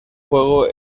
juego